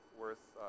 worth